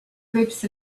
groups